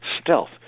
stealth